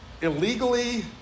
illegally